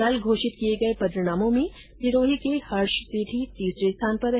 कल घोषित किये गये परिणामों में सिरोही के हर्ष सेठी तीसरे स्थान पर रहे